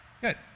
good